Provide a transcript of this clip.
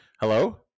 Hello